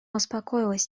успокоилась